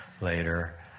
later